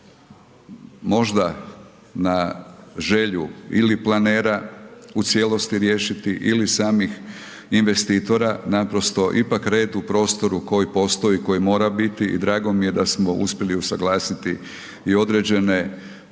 možda na želju ili planera u cijelosti riješiti ili samih investitora, naprosto ipak red u prostoru koji postoji, koji mora biti i drago mi je da smo uspjeli usuglasiti i određene